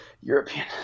european